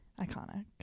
Iconic